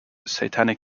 satanic